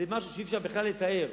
זה משהו שאי-אפשר בכלל לתאר.